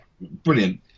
brilliant